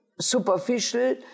superficial